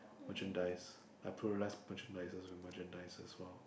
merchandise I merchandises with merchandises !wow!